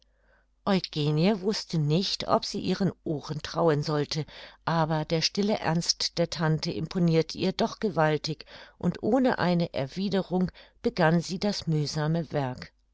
eugenie wußte nicht ob sie ihren ohren trauen sollte aber der stille ernst der tante imponirte ihr doch gewaltig und ohne eine erwiderung begann sie das mühsame werk